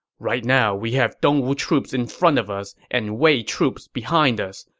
right now, we have dongwu troops in front of us and wei troops behind us.